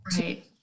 Right